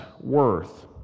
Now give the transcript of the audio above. worth